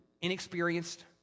inexperienced